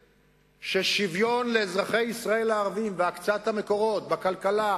ששוויון לאזרחי ישראל הערבים והקצאת המקורות בכלכלה,